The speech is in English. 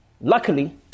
Luckily